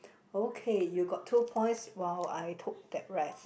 okay you got two points while I took that rest